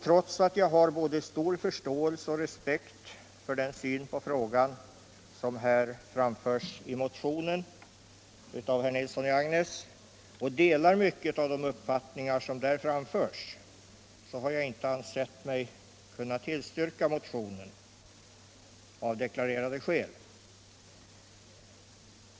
Trots att jag har både stor förståelse och respekt för den syn på frågan som framförs i motionen av herr Nilsson i Agnäs och delar mycket av de uppfattningar som där framförs har jag inte ansett mig kunna tillstyrka motionen, av deklarerade skäl.